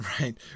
Right